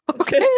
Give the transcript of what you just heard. Okay